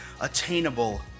attainable